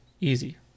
easy